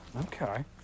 Okay